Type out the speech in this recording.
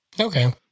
Okay